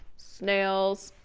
snails.